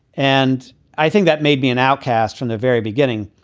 and i think that made me an outcast from the very beginning.